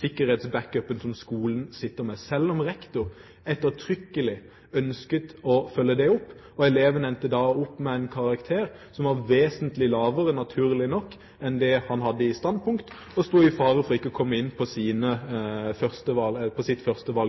sikkerhetsbackupen som skolen sitter med, selv om rektor ettertrykkelig ønsket å følge det opp. Eleven endte da opp med en karakter som var vesentlig lavere – naturlig nok – enn det han hadde i standpunktkarakter, og sto i fare for ikke å komme inn på